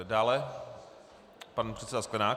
Dále pan předseda Sklenák.